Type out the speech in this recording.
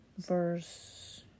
Verse